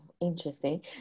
interesting